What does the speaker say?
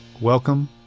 Welcome